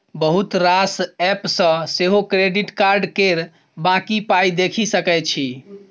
बहुत रास एप्प सँ सेहो क्रेडिट कार्ड केर बाँकी पाइ देखि सकै छी